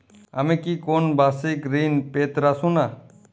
আমি কি কোন বাষিক ঋন পেতরাশুনা?